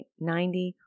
90